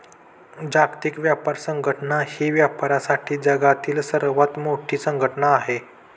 जागतिक व्यापार संघटना ही व्यापारासाठी जगातील सर्वात मोठी संघटना आहे